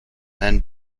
then